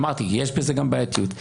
אמרתי, יש בזה גם בעייתיות.